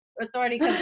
Authority